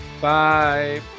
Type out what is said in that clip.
bye